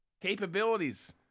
capabilities